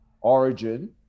Origin